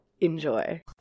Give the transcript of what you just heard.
enjoy